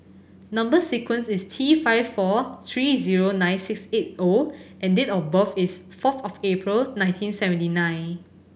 number sequence is T five four three zero nine six eight O and date of birth is fourth of April nineteen seventy nine